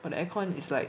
but the aircon is like